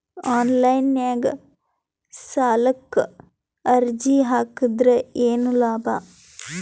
Online ನಾಗ್ ಸಾಲಕ್ ಅರ್ಜಿ ಹಾಕದ್ರ ಏನು ಲಾಭ?